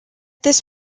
this